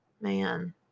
Man